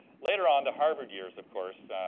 later on, the harvard years, of course,